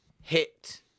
Hit